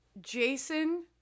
jason